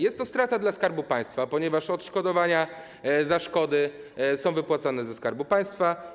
Jest to strata dla Skarbu Państwa, ponieważ odszkodowania za szkody są wypłacane ze Skarbu Państwa.